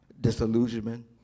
Disillusionment